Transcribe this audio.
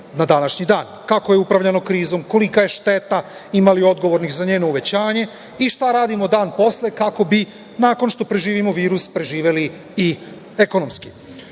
na današnji dan, kako je upravljano krizom, kolika je šteta, ima li odgovornih za njeno uvećanje i šta radimo dan posle kako bi nakon što preživimo virus, preživeli i ekonomski. Ustavnost